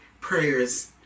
Prayers